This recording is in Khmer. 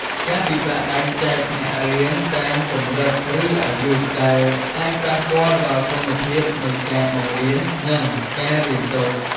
ការពិបាកបែងចែកថ្នាក់រៀនតាមកម្រិត ឬអាយុ ដែលអាចប៉ះពាល់ដល់គុណភាពនៃការបង្រៀន និងការរៀនសូត្រ។